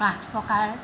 পাঁচ প্ৰকাৰ